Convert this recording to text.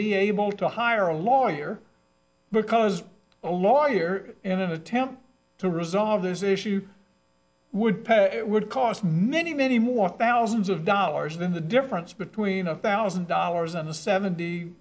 be able to hire a lawyer because a lawyer in an attempt to resolve this issue would pay it would cost many many more thousands of dollars than the difference between a thousand dollars and the seventy